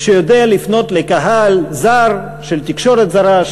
שיודע לפנות לקהל זר של תקשורת זרה,